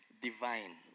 divine